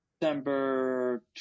December